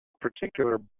particular